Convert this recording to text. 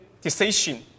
decision